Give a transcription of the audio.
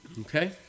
Okay